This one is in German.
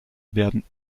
werden